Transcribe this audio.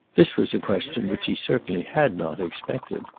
this was a question which he certainly had not expected.